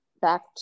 back